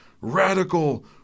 radical